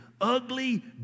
Ugly